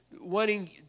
wanting